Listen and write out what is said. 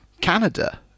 canada